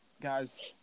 guys